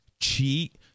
cheat